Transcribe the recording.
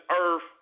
earth